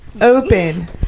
open